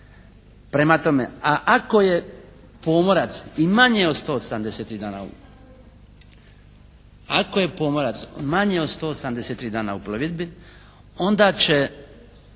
Prema tome a ako je pomorac i manje od 183 dana u plovidbi onda će